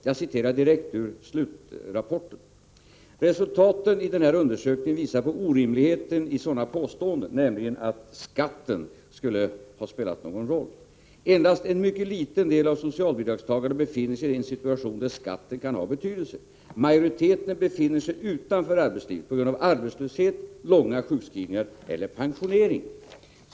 Jag återger vad som står i slutet av rapporten: Resultaten av den här undersökningen visar på orimligheten i sådana påståenden, nämligen att skatten skulle ha spelat någon roll. Endast en mycket liten del av socialbidragstagarna befinner sig i en situation där skatten kan ha betydelse. Majoriteten befinner sig utanför arbetslivet på grund av arbetslöshet, långa sjukskrivningar eller pensionering.